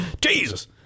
Jesus